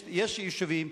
יש יישובים,